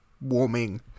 warming